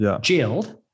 jailed